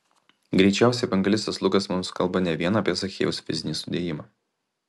greičiausiai evangelistas lukas mums kalba ne vien apie zachiejaus fizinį sudėjimą